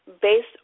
based